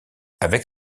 avec